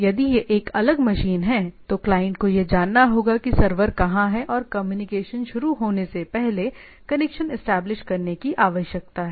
यदि यह एक अलग मशीन है तो क्लाइंट को यह जानना होगा कि सर्वर कहां है और कम्युनिकेशन शुरू होने से पहले कनेक्शन एस्टेब्लिश करने की आवश्यकता है